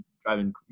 driving